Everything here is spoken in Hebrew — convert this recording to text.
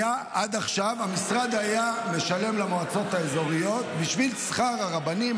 עד עכשיו המשרד היה משלם למועצות האזוריות בשביל שכר הרבנים,